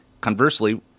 Conversely